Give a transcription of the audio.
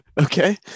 okay